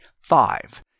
five